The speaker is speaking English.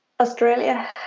Australia